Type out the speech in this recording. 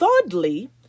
Thirdly